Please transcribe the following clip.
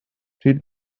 pryd